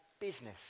business